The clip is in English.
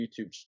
YouTube